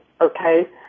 Okay